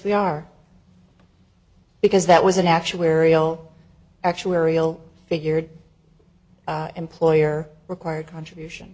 we are because that was an actuarial actuarial figured employer required contribution